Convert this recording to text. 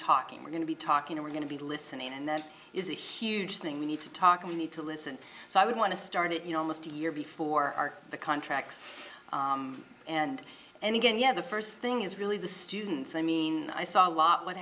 talking we're going to be talking we're going to be listening and there is a huge thing we need to talk and we need to listen so i want to start it you know almost a year before the contracts and and again yeah the first thing is really the students i mean i saw a lot what